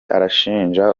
arashinja